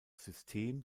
system